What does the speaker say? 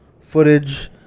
footage